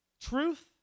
Truth